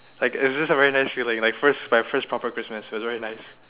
like it was just a very nice feeling my first my first proper Christmas it was very nice